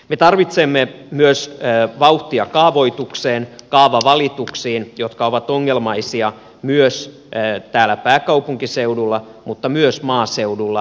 me tarvitsemme myös vauhtia kaavoitukseen kaavavalituksiin jotka ovat ongelmaisia täällä pääkaupunkiseudulla mutta myös maaseudulla